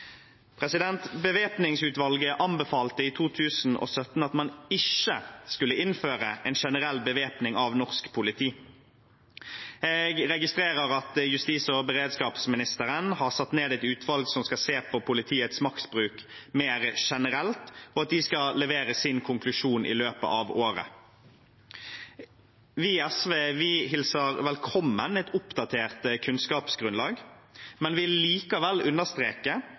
Bevæpningsutvalget anbefalte i 2017 at man ikke skulle innføre en generell bevæpning av norsk politi. Jeg registrerer at justis- og beredskapsministeren har satt ned et utvalg som skal se på politiets maktbruk mer generelt, og at de skal levere sin konklusjon i løpet av året. Vi i SV hilser velkommen et oppdatert kunnskapsgrunnlag, men vil likevel understreke